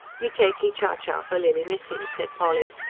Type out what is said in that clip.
me takee chowchow for lilly missee, said polly,